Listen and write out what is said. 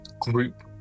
group